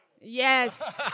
Yes